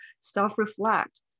self-reflect